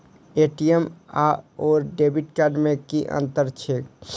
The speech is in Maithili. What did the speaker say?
ए.टी.एम आओर डेबिट कार्ड मे की अंतर छैक?